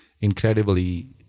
incredibly